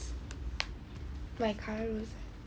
my current room